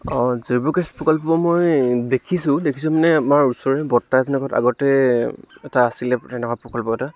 অঁ জৈৱ গেছ প্ৰকল্প মই দেখিছোঁ দেখিছোঁ মানে আমাৰ ওচৰৰে বৰ্ত্তা এজনৰ ঘৰত আগতে এটা আছিলে তেনেকুৱা প্ৰকল্প এটা